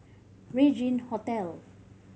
Regin Hotel